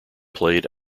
played